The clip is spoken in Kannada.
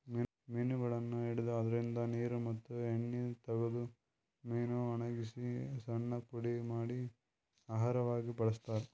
ಮೀನಗೊಳನ್ನ್ ಹಿಡದು ಅದ್ರಿನ್ದ ನೀರ್ ಮತ್ತ್ ಎಣ್ಣಿ ತಗದು ಮೀನಾ ವಣಗಸಿ ಸಣ್ಣ್ ಪುಡಿ ಮಾಡಿ ಆಹಾರವಾಗ್ ಬಳಸ್ತಾರಾ